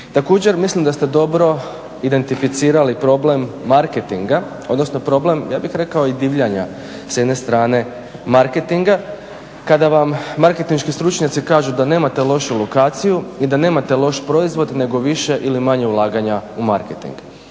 Također mislim da ste dobro identificirali problem marketinga odnosno problem ja bih rekao i divljanja s jedne strane marketinga kada vam marketinški stručnjaci da nemate lošu lokaciju i da nemate loš proizvod nego više ili manje ulaganja u marketing.